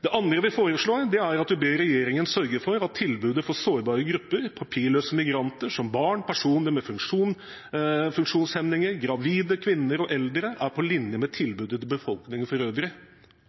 Det andre vi foreslår, er at regjeringen sørger for at tilbudet for sårbare grupper papirløse migranter, som barn, personer med funksjonshemninger, gravide kvinner og eldre, er på linje med tilbudet til befolkningen for øvrig,